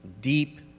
deep